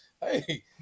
Hey